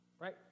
right